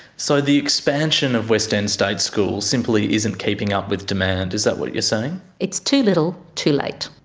so the expansion of west end state school simply isn't keeping up with demand, is that what you're saying? it's too little, too late.